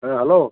ᱦᱮᱸ ᱦᱮᱞᱳ